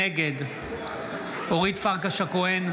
נגד אורית פרקש הכהן,